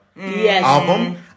album